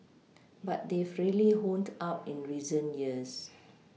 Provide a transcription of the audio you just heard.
but they've really honed up in recent years